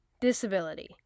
disability